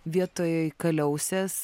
vietoj kaliausės